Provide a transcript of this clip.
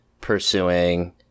pursuing